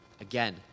Again